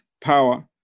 power